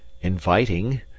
inviting